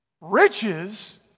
riches